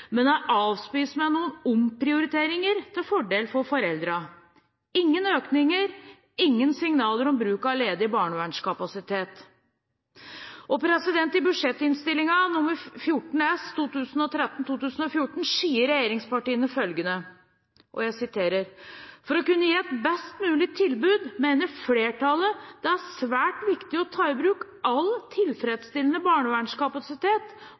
men er avspist med noen omprioriteringer til fordel for foreldrene – ingen økninger, ingen signaler om bruk av ledig barnevernskapasitet. I budsjettinnstillingen, Innst. 14 S for 2013–2014, sier regjeringspartiene følgende: «For å kunne gi et best mulig tilbud mener flertallet det er svært viktig å ta i bruk all tilfredsstillende barnevernskapasitet,